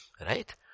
right